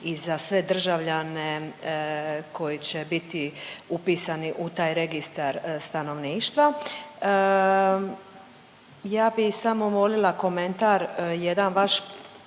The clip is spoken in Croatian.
i za sve državljane koji će biti upisani u taj Registar stanovništva. Ja bih samo volila komentar, jedan vaš